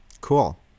Cool